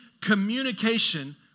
communication